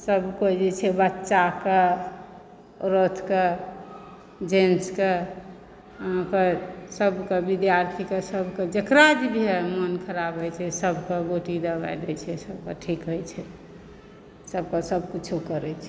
सभकोइ जे छै बच्चाके औरतके जेन्सके ओहाँ पर सभक विद्यार्थी के सभके जकरा भी यऽ मोन खराब होइ छै सभके गोटी दबाइ दै छै सभटा ठीक होइ छै सभके सभकिछो करै छै